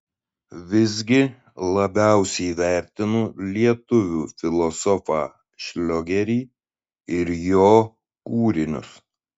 visgi labiausiai vertinu lietuvių filosofą šliogerį ir jo kūrinius